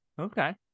okay